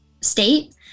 state